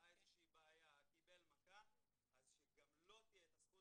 ראה איזושהי בעיה אז שגם לו תהיה זכות